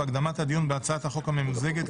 והקדמת הדיון בהצעת החוק הממוזגת,